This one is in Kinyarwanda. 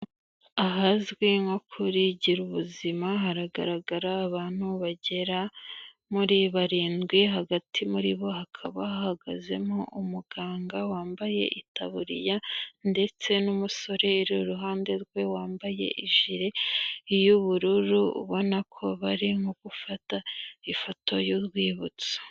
Ahazwi nko kuri girubuzima haragaragara abantu bagera muri barindwi hagati muri bo hakaba hahagazemo umuganga wambaye itaburiya, ndetse n'umusore uri iruhande rwe wambaye ijire y'ubururu ubona ko bari nko gufata ifoto y'urwibutso.